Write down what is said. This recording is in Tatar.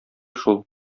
шул